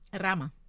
Rama